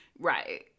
Right